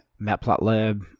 Matplotlib